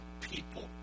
people